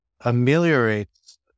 ameliorates